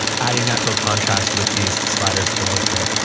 adding natural contrast with these sliders below here,